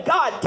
God